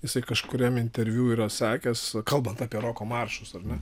jisai kažkuriam interviu yra sakęs kalbant apie roko maršus ar ne